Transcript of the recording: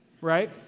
right